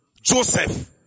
Joseph